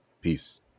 Peace